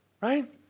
Right